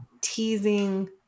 teasing